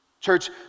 Church